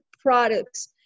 products